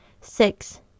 Six